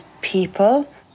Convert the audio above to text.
people